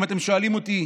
אם אתם שואלים אותי